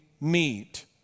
meet